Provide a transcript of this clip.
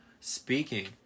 Speaking